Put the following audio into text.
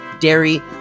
dairy